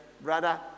brother